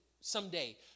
Someday